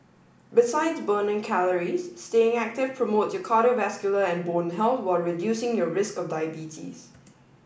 besides burning calories staying active promotes cardiovascular and bone health while reducing your risk of diabetes